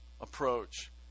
approach